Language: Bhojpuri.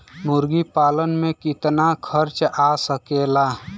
मुर्गी पालन में कितना खर्च आ सकेला?